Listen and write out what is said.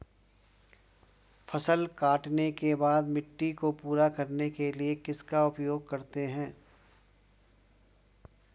फसल काटने के बाद मिट्टी को पूरा करने के लिए किसका उपयोग करते हैं?